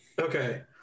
Okay